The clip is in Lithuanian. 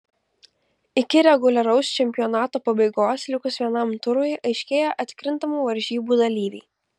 iki reguliaraus čempionato pabaigos likus vienam turui aiškėja atkrintamų varžybų dalyviai